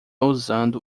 usando